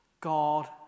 God